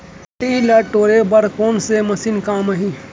माटी ल तोड़े बर कोन से मशीन काम आही?